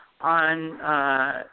on